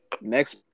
Next